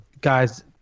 Guys